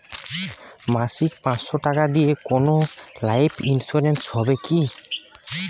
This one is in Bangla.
মাসিক পাঁচশো টাকা দিয়ে কোনো লাইফ ইন্সুরেন্স হবে কি?